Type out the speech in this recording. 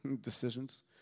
decisions